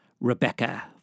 Rebecca